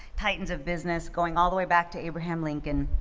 titans of business going all the way back to abraham lincoln,